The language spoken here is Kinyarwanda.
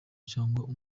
cyangwa